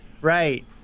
right